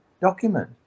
document